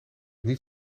niet